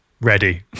Ready